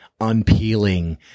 unpeeling